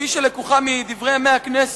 כפי שהיא לקוחה מ"דברי הכנסת",